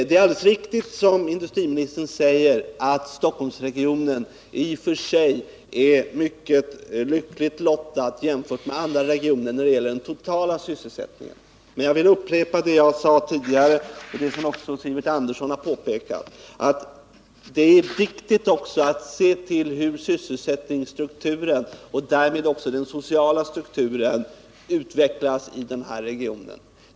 Det är alldeles riktigt som industriministern säger, att Stockholmsregionen i och för sig är mycket lyckligt lottad jämfört med andra regioner när det gäller den totala sysselsättningen. Men jag vill upprepa det som jag sade tidigare och som också Sivert Andersson har påpekat, nämligen att det är viktigt att också se på hur sysselsättningsstrukturen och därmed den sociala strukturen utvecklas i Stockholmsregionen.